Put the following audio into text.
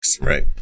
right